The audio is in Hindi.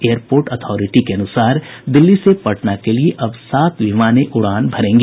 एयर पोर्ट अथॉरिटी के अनुसार दिल्ली से पटना के लिए अब सात विमानें उड़ान भरेंगी